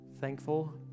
thankful